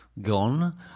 gone